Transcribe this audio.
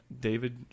David